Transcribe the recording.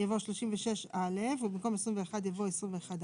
יבוא "36(א)" ובמקום "21" יבוא "21(א)"